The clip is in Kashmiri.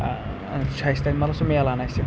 چھِ اَسہِ تَتہِ مطلب سُہ مِلان اَسہِ